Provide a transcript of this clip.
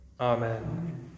Amen